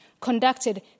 conducted